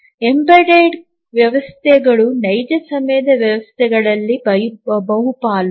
embedded ವ್ಯವಸ್ಥೆಗಳು ನೈಜ ಸಮಯದ ವ್ಯವಸ್ಥೆಗಳಲ್ಲಿ ಬಹುಪಾಲು